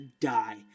die